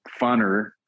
funner